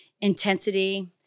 intensity